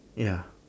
ya